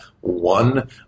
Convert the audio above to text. One